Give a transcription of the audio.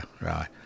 right